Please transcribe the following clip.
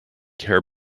hair